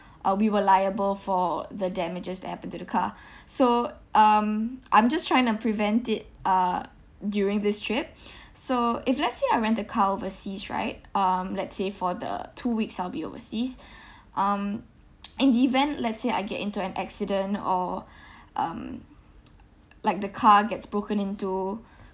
uh we were liable for the damages that happened to the car so um I'm just trying to prevent it uh during this trip so if let's say I rent a car overseas right um let's say for the two weeks I'll be overseas um in the event let's say I get into an accident or um like the car gets broken into